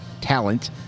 talent